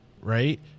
Right